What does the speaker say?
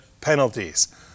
penalties